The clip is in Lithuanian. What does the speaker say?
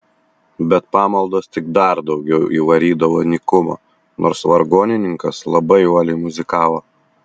bet pamaldos tik dar daugiau įvarydavo nykumo nors vargonininkas labai uoliai muzikavo